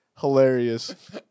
Hilarious